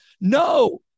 No